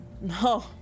No